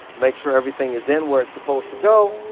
make sure everything is in where it's supposed to go,